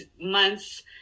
months